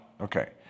Okay